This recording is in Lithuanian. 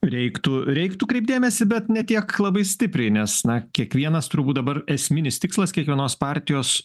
reiktų reiktų kreipt dėmesį bet ne tiek labai stipriai nes na kiekvienas turbūt dabar esminis tikslas kiekvienos partijos